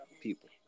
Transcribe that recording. people